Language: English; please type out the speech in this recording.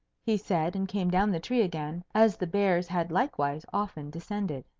he said, and came down the tree again, as the bears had likewise often descended.